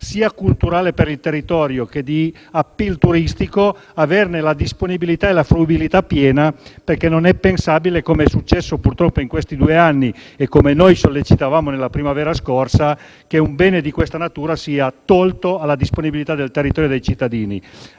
sia culturale per il territorio che di *appeal* turistico. Ripeto, l'interesse è di averne la disponibilità e la fruibilità piena, perché non è pensabile - come è successo purtroppo in questi due anni e come noi evidenziavamo nella primavera scorsa - che un bene di questa natura sia tolto alla disponibilità del territorio e dei cittadini.